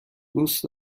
دوست